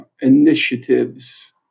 initiatives